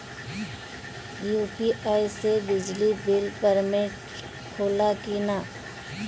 UPI से बिजली bill payment होला कि न?